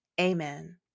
amen